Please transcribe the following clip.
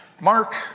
Mark